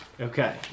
Okay